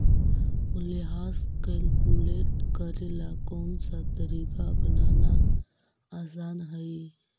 मूल्यह्रास कैलकुलेट करे ला कौनसा तरीका अपनाना आसान हई